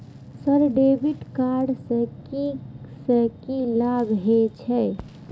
Sir debit card से की से की लाभ हे छे?